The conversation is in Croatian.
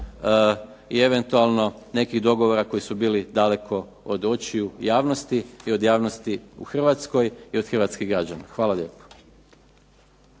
i eventualno nekih dogovora koji su bili daleko od očiju javnosti od javnosti u Hrvatskoj i od hrvatskih građana. Hvala lijepo.